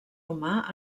humà